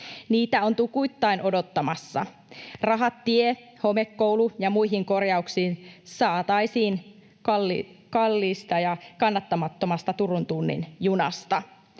Niitä on tukuittain odottamassa. Rahat tie-, homekoulu- ja muihin korjauksiin saataisiin kalliista ja kannattamattomasta Turun tunnin junasta.